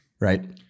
Right